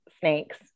snakes